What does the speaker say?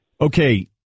Okay